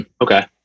Okay